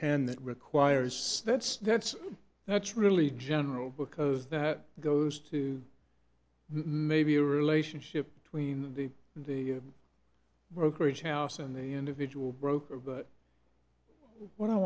ten that requires that's that's that's really general because that goes to maybe a relationship between the brokerage house and the individual broker but what i